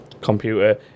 computer